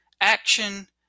action